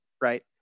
right